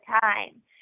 time